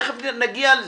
תיכף נגיע לזה.